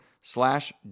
slash